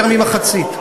יותר ממחצית,